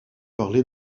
parlé